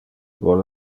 vole